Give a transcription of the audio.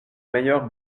meilleure